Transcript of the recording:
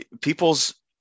people's